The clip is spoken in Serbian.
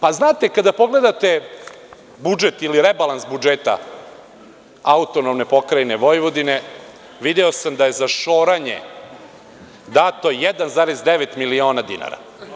Pa, znate kada pogledate budžet, ili rebalans budžeta AP Vojvodine, video sam da je za šoranje dato 1,9 miliona dinara.